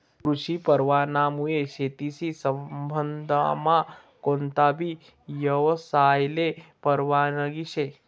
कृषी परवानामुये शेतीशी संबंधमा कोणताबी यवसायले परवानगी शे